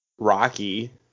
Rocky